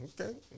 Okay